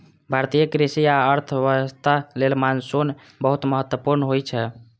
भारतीय कृषि आ अर्थव्यवस्था लेल मानसून बहुत महत्वपूर्ण होइ छै